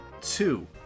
two